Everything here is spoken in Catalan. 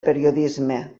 periodisme